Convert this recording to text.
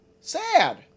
Sad